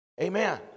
amen